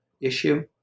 issue